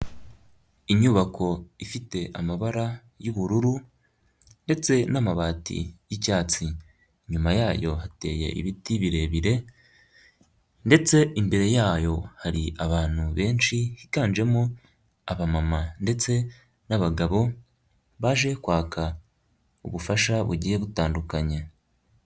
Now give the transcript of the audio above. Inyubako ifite amabara y'ubururu ndetse n'amabati y'icyatsi, inyuma yayo hateye ibiti birebire, ndetse imbere yayo hari abantu benshi higanjemo aba mama ndetse n'abagabo baje kwaka ubufasha bugiye gutandukanya.